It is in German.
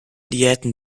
diäten